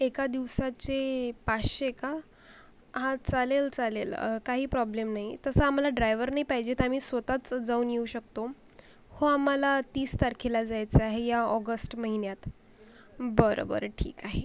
एका दिवसाचे पाचशे का हा चालेल चालेल काही प्रॉब्लेम नाही तसं आम्हाला ड्रायव्हर नाही पाहिजे आम्ही स्वतःच जाऊन येऊ शकतो हो आम्हाला तीस तारखेला जायचं आहे या ऑगस्ट महिन्यात बरं बरं ठीक आहे